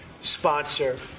sponsor